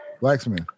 Blacksmith